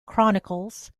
chronicles